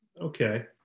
Okay